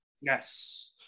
Yes